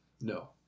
No